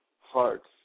hearts